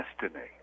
destiny